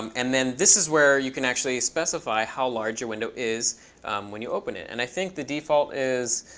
um and then this is where you can actually specify how large your window is when you open it. and i think the default, is